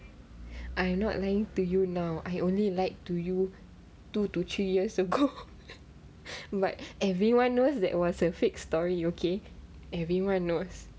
I'm not lying to you now I only lied to you two to three years ago but everyone knows that was a fake story okay everyone knows